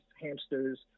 hamsters